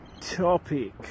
topic